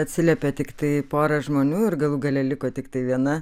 atsiliepė tiktai pora žmonių ir galų gale liko tiktai viena